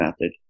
method